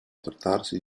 trattarsi